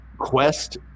quest